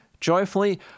joyfully